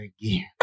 again